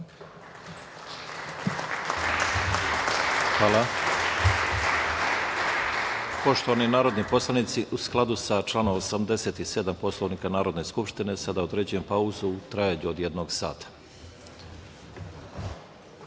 Hvala. Poštovani narodni poslanici, u skladu sa članom 87. Poslovnika Narodne skupštine, određujem pauzu u trajanju od jednog